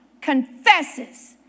confesses